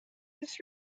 this